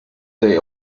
they